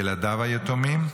ילדיו היתומים,